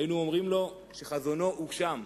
היינו אומרים לו שחזונו הוגשם,